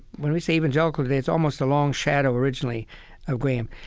when we say evangelical today, it's almost a long shadow originally of graham.